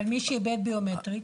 אבל מי שאיבד תעודת זהות ביומטרית?